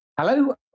Hello